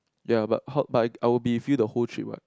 ya but how but I I would be free the whole trip what